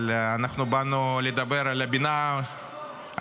אבל אנחנו באנו לדבר על הבינה המלאכותית,